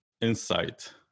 insight